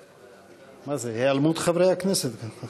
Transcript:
מה זה היעלמות חברי הכנסת כאן?